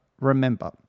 remember